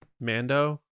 Mando